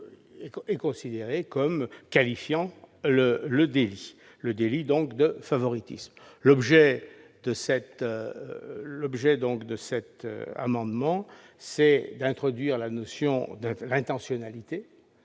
est considérée comme un délit, le délit de favoritisme. L'objet de cet amendement est d'introduire la notion d'intentionnalité-